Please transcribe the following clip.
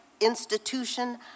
institution